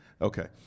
Okay